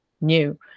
new